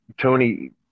Tony